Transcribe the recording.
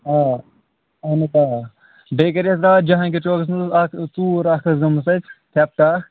آ اَہن حظ آ بیٚیہِ کٔر اَسہِ راتھ جہانگیٖر چوکَس منٛز اَکھ ژوٗر اَکھ ٲسۍ گٔمٕژ تَتہِ تھٮ۪پٹ اکھ